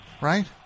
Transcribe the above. Right